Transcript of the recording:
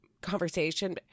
conversation